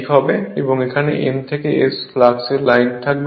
এবং এখানে N থেকে S এ ফ্লাক্স লাইনটি থাকবে